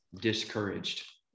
discouraged